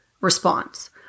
response